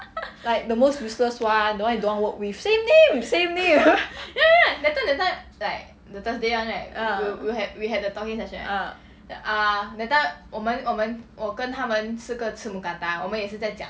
like the most useless [one] the one you don't work with same name same name